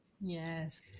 yes